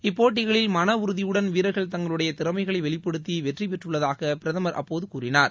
இப்போட்டிகளில் மனஉறுதியுடன் வீரர்கள் தங்களுடைய திறமைகளை வெளிப்படுத்தி வெற்றி பெற்றுள்ளதாக பிரதமர் அப்போது கூறினார்